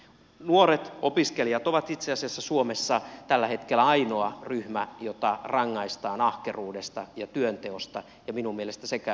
nuoret opiskelijat ovat itse asiassa suomessa tällä hetkellä ainoa ryhmä jota rangaistaan ahkeruudesta ja työnteosta ja minun mielestäni sekään ei kuulu tähän päivään